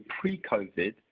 pre-COVID